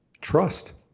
Trust